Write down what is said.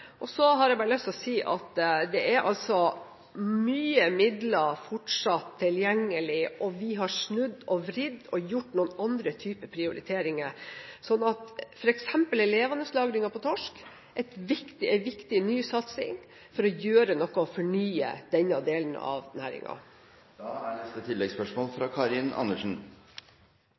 Så har jeg bare lyst til å si at det fortsatt er mye midler tilgjengelig, og vi har snudd og vridd og gjort noen andre typer prioriteringer, sånn at f.eks. levendelagringen av torsk er en viktig nysatsing for å gjøre noe og fornye denne delen av